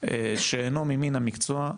שאינו ממן המקצוע,